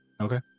Okay